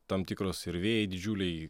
tam tikros ir vėjai didžiuliai